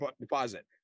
deposit